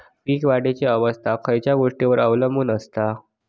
पीक वाढीची अवस्था खयच्या गोष्टींवर अवलंबून असता?